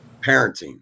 parenting